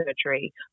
surgery